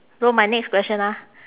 so my next question ah